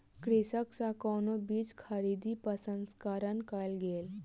कृषक सॅ कोको बीज खरीद प्रसंस्करण कयल गेल